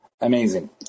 Amazing